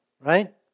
right